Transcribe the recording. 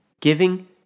giving